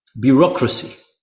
bureaucracy